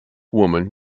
woman